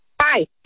Hi